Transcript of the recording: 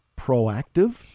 proactive